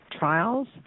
Trials